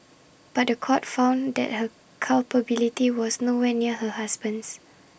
but The Court found that her culpability was nowhere near her husband's